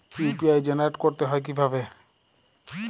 UPI generate করতে হয় কিভাবে?